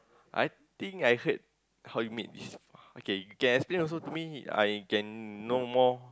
I think I heard how you make this okay you can explain also to me I can know more